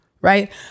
right